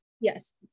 Yes